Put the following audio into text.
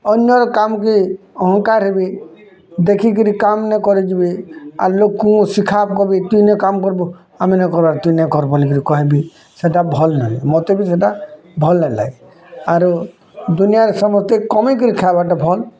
ଅନ୍ୟର୍ କାମ୍ କି ଅହଂକାର ହେବି ଦେଖିକରି କାମ୍ ନାଇଁ କରିଯିବି ଆର୍ ଲୋକ୍ କୁ ଶିଖାକବି ତୁ ନାଇଁ କାମ୍ କର୍ବୁ ଆମେ ନେହିଁ କରବାର୍ ତୁଇଁ ନାଇଁ କର୍ ବୋଲି କହେବି ସେଟା ଭଲ୍ ନାଇଁ ମୋତେ ବି ସେଟା ଭଲ୍ ନାଇଁ ଲାଗେ ଆରୁ ଦୁନିଆରେ ସମସ୍ତେ କମେଇକିରି ଖାଇବାଟା ଭଲ୍